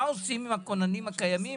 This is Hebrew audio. מה עושים עם הכוננים הקיימים?